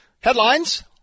Headlines